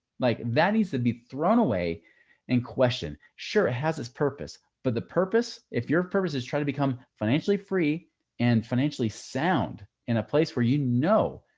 like that needs to be thrown away and question, sure it has it's purpose. but the purpose, if your purpose is trying to become financially-free and financially sound in a place where, you know,